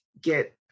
get